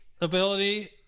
ability